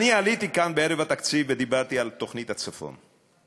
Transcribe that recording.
עליתי כאן בערב התקציב ודיברתי על תוכנית הצפון,